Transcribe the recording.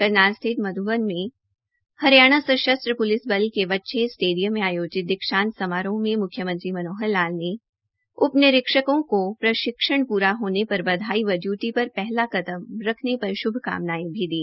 करनाल स्थित मध्बन में हरियाणा सशस्त्र पुलिस बल के वच्छेर स्टेडियम में आयोजित दीक्षांत समारोह में मुख्यमंत्री मनोहर लाल ने उप निरीक्षकों को प्रशिक्षण पूरा होने पर बधाई व ड्यूटी पर पहल कदम रखने पर शुभकामनाएं दी